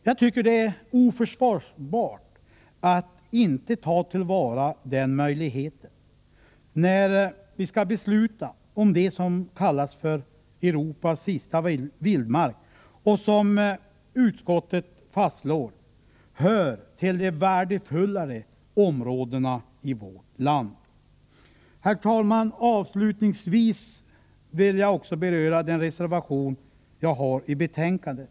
Jag tycker att det är oförsvarbart att inte ta till vara den möjligheten, när vi skall besluta om det som kallas för Europas sista vildmark och som utskottet fastslår ”hör till de värdefullare områdena i vårt land”. Herr talman! Avslutningsvis vill jag också beröra den reservation som jag har avgivit till betänkandet.